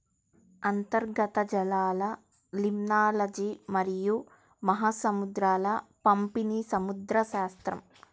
అంతర్గత జలాలలిమ్నాలజీమరియు మహాసముద్రాల పంపిణీసముద్రశాస్త్రం